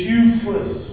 useless